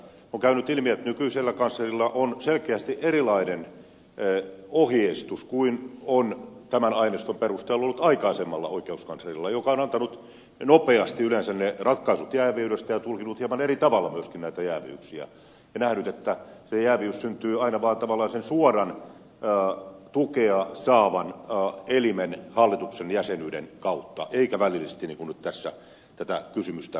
on käynyt ilmi että nykyisellä kanslerilla on selkeästi erilainen ohjeistus kuin on tämän aineiston perusteella ollut aikaisemmalla oikeuskanslerilla joka on antanut nopeasti yleensä ne ratkaisut jääviydestä ja tulkinnut myöskin hieman eri tavalla näitä jääviyksiä ja nähnyt että se jääviys syntyy aina tavallaan vain sen suoran tukea saavan elimen hallituksen jäsenyyden kautta eikä välillisesti niin kuin nyt tässä tätä kysymystä pohditaan